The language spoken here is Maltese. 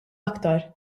aktar